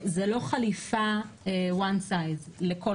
זאת לא חליפה במידה אחת המתאימה לכולם.